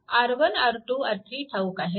R 1 R 2 R3 ठाऊक आहेत